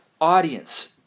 audience